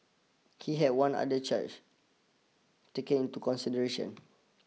he had one other charge taken into consideration